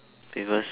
because